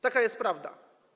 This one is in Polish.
Taka jest prawda.